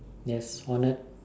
yes honoured